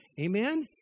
Amen